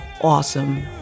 awesome